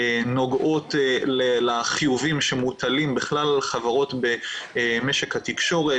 נוגעות לחיובים שמוטלים בכלל על חברות במשק התקשורת,